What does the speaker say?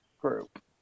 group